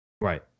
Right